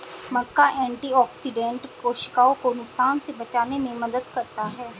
मक्का antioxidant कोशिकाओं को नुकसान से बचाने में मदद करता है